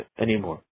anymore